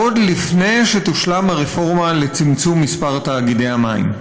עוד לפני שתושלם הרפורמה לצמצום מספר תאגידי המים.